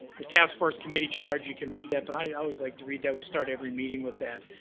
the task force committee charge, you can read that but i always like to read that, we start every meeting with that,